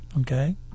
Okay